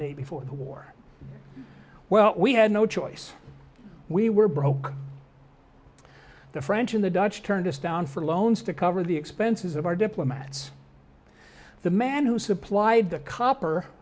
y before the war well we had no choice we were broke the french and the dutch turned us down for loans to cover the expenses of our diplomats the man who supplied the copper